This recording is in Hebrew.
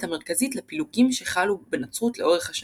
המרכזית לפילוגים שחלו בנצרות לאורך השנים.